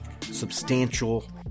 substantial